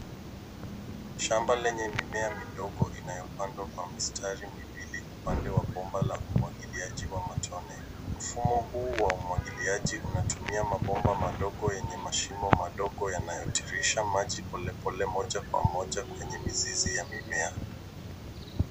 Shamba lenye mimea midogo inayopandwa kwa mistari miwili upande wa bomba la umwagiliaji wa matone. Mfumo huu wa umwagiliaji unatumia mabomba madogo yenye mashimo madogo yanayotiririsha maji polepole moja kwa moja kwenye mizizi ya mimea.